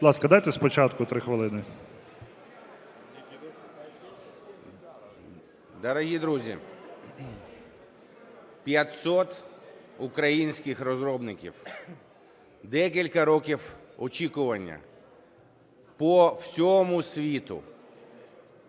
Дорогі друзі! П'ятсот українських розробників, декілька років очікування, по всьому світу